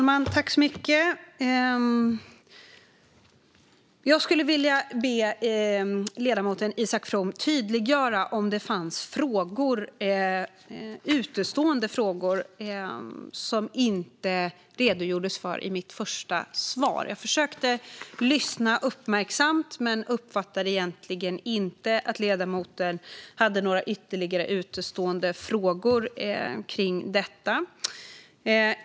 Fru talman! Jag skulle vilja be ledamoten Isak From att tydliggöra om det fanns utestående frågor som det inte redogjordes för i mitt första svar. Jag försökte att lyssna uppmärksamt men uppfattade egentligen inte att ledamoten hade några ytterligare utestående frågor kring detta.